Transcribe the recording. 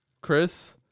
Chris